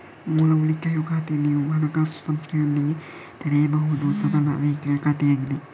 ಮೂಲ ಉಳಿತಾಯ ಖಾತೆಯು ನೀವು ಹಣಕಾಸು ಸಂಸ್ಥೆಯೊಂದಿಗೆ ತೆರೆಯಬಹುದಾದ ಸರಳ ರೀತಿಯ ಖಾತೆಯಾಗಿದೆ